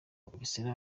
bugesera